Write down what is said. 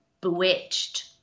bewitched